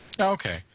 Okay